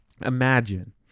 Imagine